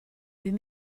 bum